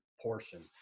portion